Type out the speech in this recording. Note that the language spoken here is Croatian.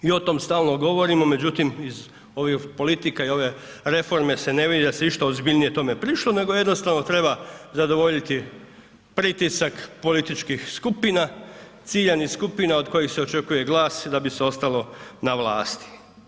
I o tome stalno govorimo, međutim iz ovih politika i ove reforme se ne vidi da se išta ozbiljnije tome prišlo nego jednostavno treba zadovoljiti pritisak političkih skupina, ciljanih skupina od kojih se očekuje glas da bi se ostalo na vlasti.